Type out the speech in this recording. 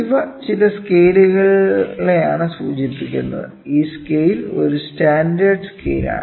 ഇവ ചില സ്കെയിലുകളെയാണ് സൂചിപ്പിക്കുന്നത് ഈ സ്കെയിൽ ഒരു സ്റ്റാൻഡേർഡ് സ്കെയിലാണ്